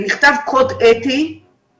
נושא מאוד מאוד חשוב שקצת נדחק בעת הזו בגלל כל